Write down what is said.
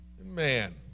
Man